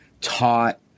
taught